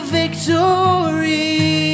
victory